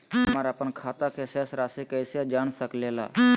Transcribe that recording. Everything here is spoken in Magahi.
हमर अपन खाता के शेष रासि कैसे जान सके ला?